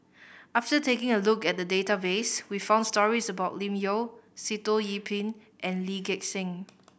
after taking a look at the database we found stories about Lim Yau Sitoh Yih Pin and Lee Gek Seng